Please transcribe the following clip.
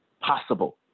possible